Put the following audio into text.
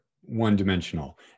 one-dimensional